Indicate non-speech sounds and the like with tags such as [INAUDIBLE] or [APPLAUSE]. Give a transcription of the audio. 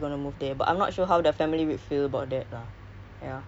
[LAUGHS] bigger house go there okay